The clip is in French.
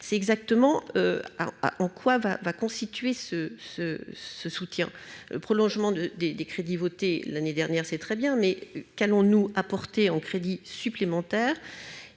c'est exactement en quoi va va constituer ce ce ce soutien prolongement de des des crédits votés l'année dernière, c'est très bien mais qu'allons-nous apporter en crédits supplémentaires,